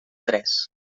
tres